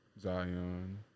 Zion